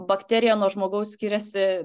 bakterija nuo žmogaus skiriasi